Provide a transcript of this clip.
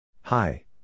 Hi